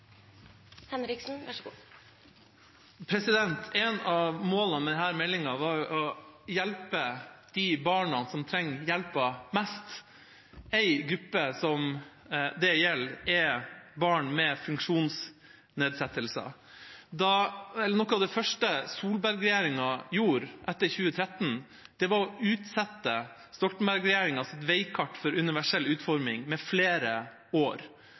av målene med denne meldinga var jo å hjelpe de barna som trenger hjelpen mest. En gruppe det gjelder, er barn med funksjonsnedsettelser. Noe av det første Solberg-regjeringa gjorde etter 2013, var å utsette Stoltenberg-regjeringas veikart for universell utforming med flere år.